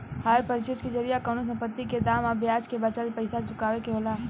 hire purchase के जरिया कवनो संपत्ति के दाम आ ब्याज के बाचल पइसा चुकावे के होला